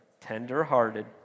tenderhearted